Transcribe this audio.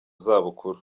zabukuru